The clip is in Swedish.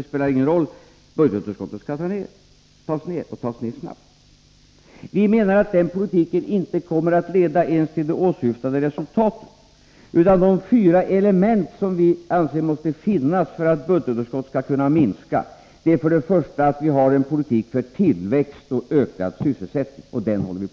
Det spelar ingen roll för er — budgetunderskottet skall tas ned snabbt. Vi menar att den politiken inte ens kommer att leda till det åsyftade resultatet. Vi anser att det måste finnas fyra element för att budgetunderskottet skall kunna minska. Det första är att vi för en politik för tillväxt och ökad sysselsättning — och det gör vi.